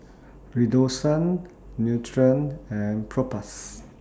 Redoxon Nutren and Propass